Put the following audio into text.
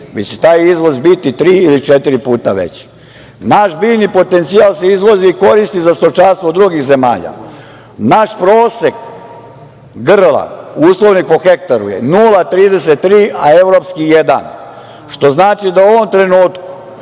već će taj izvoz biti tri ili četiri puta veći. Naš biljni potencijal se izvozi i koristi za stočarstvo drugih zemalja. Naš prosek grla uslovljen po hektaru je 0,33, evropski jedan, što znači da u ovom trenutku